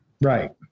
right